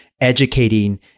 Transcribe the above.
educating